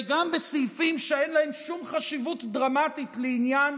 וגם בסעיפים שאין להם שום חשיבות דרמטית לעניין